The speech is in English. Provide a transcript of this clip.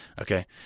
okay